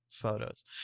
Photos